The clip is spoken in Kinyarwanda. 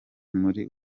muri